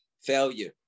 failure